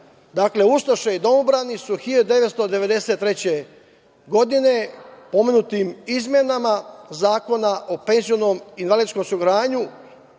Dakle, ustaše i domobrani su 1993. godine pomenutim izmenama Zakona o penzionom i invalidskom osiguranju,